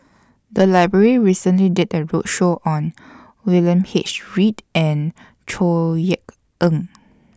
The Library recently did A roadshow on William H Read and Chor Yeok Eng